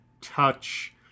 touch